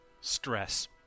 stress